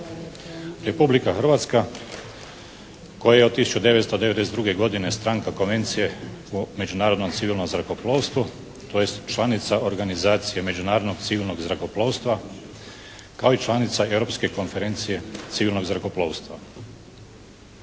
Republika Hrvatska koja je od 1992. godine stranka Konvencije u međunarodnom civilnom zrakoplovstvu, tj. članica organizacije Međunarodnog civilnog zrakoplovstva kao i članica Europske konferencije civilnog zrakoplovstva.